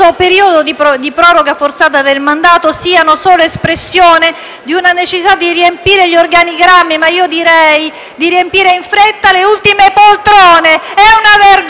periodo di proroga forzata del mandato, siano solo espressione della necessità di riempire gli organigrammi e, anzi, di occupare in fretta le ultime poltrone. È una vergogna!